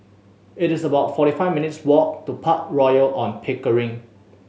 it is about forty five minutes' walk to Park Royal On Pickering